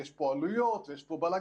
ויש פה עלויות, ויש פה בלגנים.